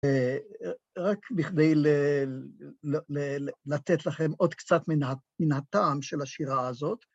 רק בכדי לתת לכם עוד קצת מן הטעם של השירה הזאת.